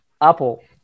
Apple